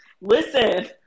Listen